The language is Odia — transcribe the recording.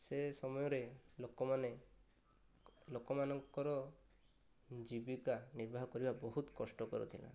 ସେ ସମୟରେ ଲୋକମାନେ ଲୋକମାନଙ୍କର ଜୀବିକା ନିର୍ବାହ କରିବା ବହୁତ କଷ୍ଟକର ଥିଲା